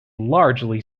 largely